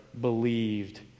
believed